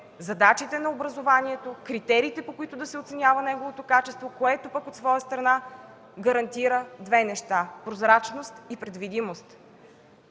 задачите на образованието, критериите, по които да се оценява неговото качество, което пък, от своя страна, гарантира две неща – прозрачност и предвидимост.